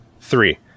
Three